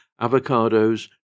avocados